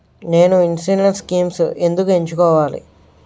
నేను insurance schemes ఎందుకు ఎంచుకోవాలి?